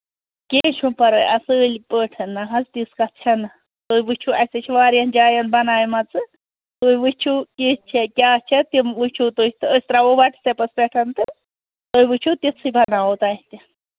کیٚنٛہہ چھُنہٕ پَرواے اَصٕل پٲٹھۍ نہ حظ تِژھ کَتھ چھےٚ نہٕ تُہۍ وُچھِو اَسہِ چھِ واریاہَن جاین بَناومَژٕ تُہۍ وُچھِو کِژھ چھےٚ کیٛاہ چھےٚ تِم وُچھِو تُہۍ تہٕ أسۍ ترٛاوو واٹٔس ایپَس پیٚٹھ تہٕ تُہۍ وُچھِو تِژھٕے بَناوو تۄہہِ تہٕ